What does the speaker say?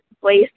place